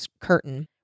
curtain